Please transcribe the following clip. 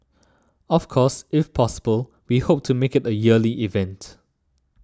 of course if possible we hope to make it a yearly event